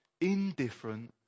indifferent